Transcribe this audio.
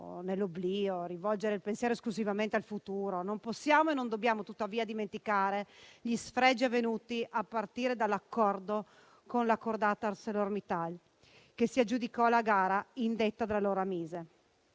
nell'oblio, rivolgere il pensiero esclusivamente al futuro, non possiamo e non dobbiamo tuttavia dimenticare gli sfregi avvenuti a partire dall'accordo con la cordata ArcelorMittal, che si aggiudicò la gara indetta dall'allora MISE.